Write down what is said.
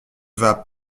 vas